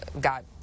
got